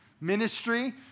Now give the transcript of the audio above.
ministry